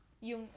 yung